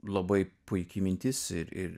labai puiki mintis ir ir